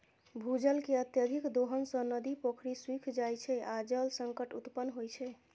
भूजल के अत्यधिक दोहन सं नदी, पोखरि सूखि जाइ छै आ जल संकट उत्पन्न होइ छै